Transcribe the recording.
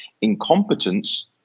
incompetence